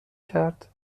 کرد